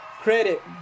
credit